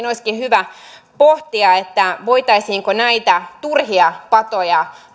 olisikin hyvä pohtia voitaisiinko näitä turhia patoja